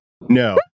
no